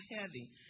heavy